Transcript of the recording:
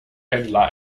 pendler